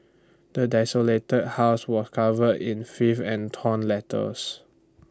the desolated house was covere in filth and torn letters